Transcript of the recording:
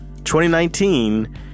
2019